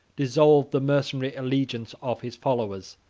dissolved the mercenary allegiance of his followers,